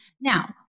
now